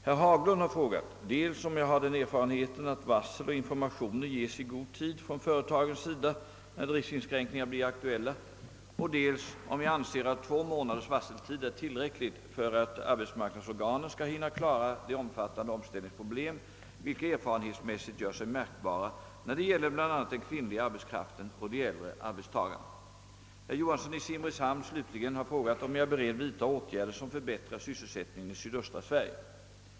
Herr Haglund har frågat dels om jag har den erfarenheten, att varsel och informationer ges i god tid från företagens sida när driftsinskränkningar blir aktuella, dels om jag anser att två månaders varseltid är tillräckligt för att arbetsmarknadsorganen skall hinna klara de omfattande omställningsproblem, vilka erfarenhetsmässigt gör sig märkbara när det gäller bl.a. den kvinnliga arbetskraften och de äldre arbetstagarna. Herr Johansson i Simrishamn slutligen har frågat om jag är beredd vidta åtgärder som förbättrar sysselsättningen i sydöstra Skåne.